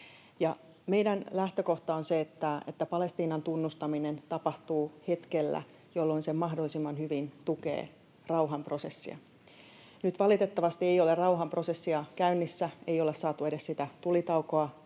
Meidän lähtökohtamme on se, että Palestiinan tunnustaminen tapahtuu hetkellä, jolloin se mahdollisimman hyvin tukee rauhanprosessia. Nyt valitettavasti ei ole rauhanprosessia käynnissä, ei ole saatu edes sitä tulitaukoa